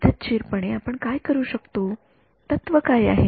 पद्धतशीरपणे आपण काय वापरू शकतो तत्व काय आहे